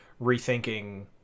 rethinking